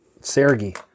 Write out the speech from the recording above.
sergey